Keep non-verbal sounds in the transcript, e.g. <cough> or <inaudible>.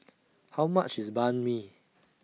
<noise> How much IS Banh MI